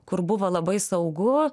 kur buvo labai saugu